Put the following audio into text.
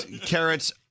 carrots